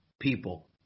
people